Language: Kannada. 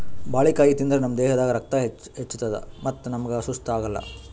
ಬಾಳಿಕಾಯಿ ತಿಂದ್ರ್ ನಮ್ ದೇಹದಾಗ್ ರಕ್ತ ಹೆಚ್ಚತದ್ ಮತ್ತ್ ನಮ್ಗ್ ಸುಸ್ತ್ ಆಗಲ್